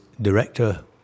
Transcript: Director